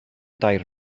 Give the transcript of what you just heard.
dair